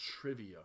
trivia